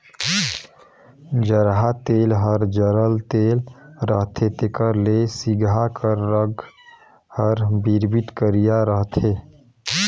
जरहा तेल हर जरल तेल रहथे तेकर ले सिगहा कर रग हर बिरबिट करिया रहथे